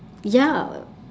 ya